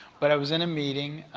but i was in a meeting